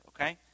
okay